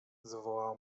zawołała